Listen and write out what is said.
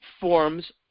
forms